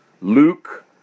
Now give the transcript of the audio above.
Luke